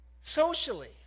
Socially